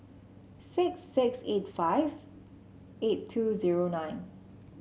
six six eight five eight two zero nine